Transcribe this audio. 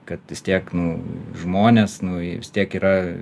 kad vis tiek nu žmonės nu jie vis tiek yra